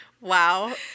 Wow